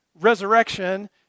resurrection